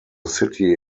city